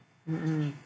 mm